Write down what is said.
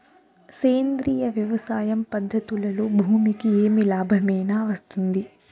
సేంద్రియ వ్యవసాయం పద్ధతులలో భూమికి ఏమి లాభమేనా వస్తుంది?